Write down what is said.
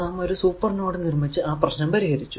നാം അത് ഒരു സൂപ്പർ നോഡ് നിർമിച്ചു ആ പ്രശ്നം പരിഹരിച്ചു